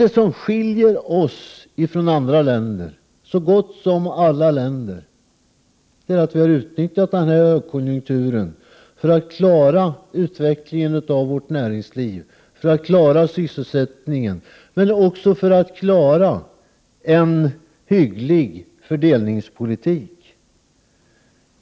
Det som skiljer oss ifrån så gott som alla andra länder är att vi har utnyttjat högkonjunkturen för att klara utvecklingen av vårt näringsliv, för att klara sysselsättningen, men också för att klara en hygglig fördelningspolitik.